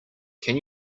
can